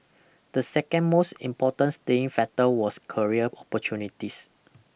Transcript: the second most important staying factor was career opportunities